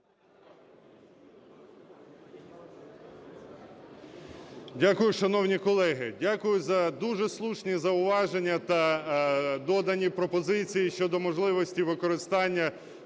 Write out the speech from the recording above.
Дякую, шановні колеги. Дякую за дуже слушні зауваження та додані пропозиції щодо можливості використання